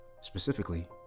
Specifically